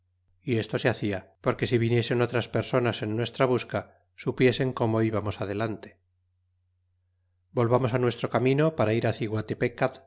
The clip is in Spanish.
y esto se hacia porque si viniesen otras personas en nuestra busca supiesen como íbamos adelante volvamos á nuestro camino para ir